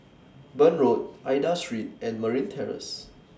Burn Road Aida Street and Marine Terrace